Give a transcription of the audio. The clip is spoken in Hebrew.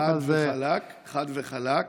חד וחלק.